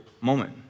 moment